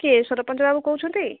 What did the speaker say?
କିଏ ସରପଞ୍ଚ ବାବୁ କହୁଛନ୍ତି